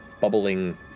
bubbling